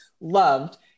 loved